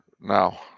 now